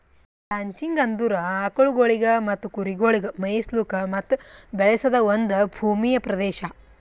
ranching ಅಂದುರ್ ಆಕುಲ್ಗೊಳಿಗ್ ಮತ್ತ ಕುರಿಗೊಳಿಗ್ ಮೆಯಿಸ್ಲುಕ್ ಮತ್ತ ಬೆಳೆಸದ್ ಒಂದ್ ಭೂಮಿಯ ಪ್ರದೇಶ